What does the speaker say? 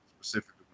specifically